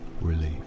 relief